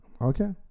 Okay